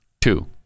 Two